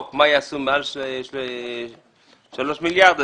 לגבי מה שיעשו במקרה של מעל 3 מיליארד,